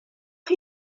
chi